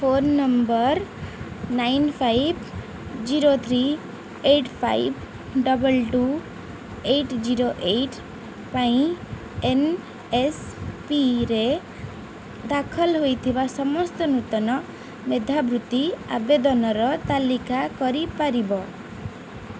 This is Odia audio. phone number nine five zero three eight five double two eight zero eight ପାଇଁ ଏନ୍ଏସ୍ପିରେ ଦାଖଲ ହୋଇଥିବା ସମସ୍ତ ନୂତନ ମେଧାବୃତ୍ତି ଆବେଦନର ତାଲିକା କରି ପାରିବ